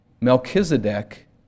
Melchizedek